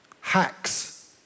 hacks